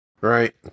right